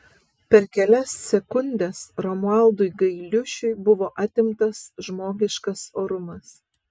per kelias sekundes romualdui gailiušiui buvo atimtas žmogiškas orumas